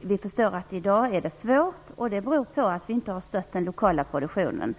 vi förstår att det i dag är svårt, och det beror på att vi inte har stött den lokala produktionen.